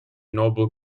noble